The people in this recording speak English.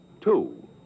Two